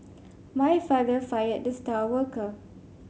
my father fired the star worker